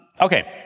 Okay